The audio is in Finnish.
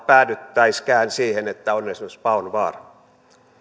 päädyttäisikään siihen että on esimerkiksi paon vaara